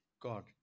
god